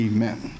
Amen